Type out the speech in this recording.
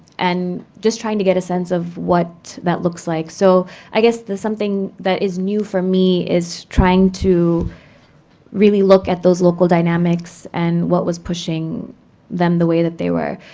and just trying to get a sense of what that looks like. so i guess something that is new for me is trying to really look at those local dynamics, and what was pushing them the way that they were.